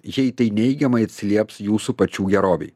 jei tai neigiamai atsilieps jūsų pačių gerovei